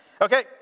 Okay